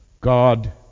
God